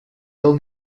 del